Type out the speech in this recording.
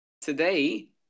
today